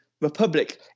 republic